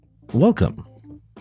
Welcome